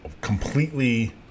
completely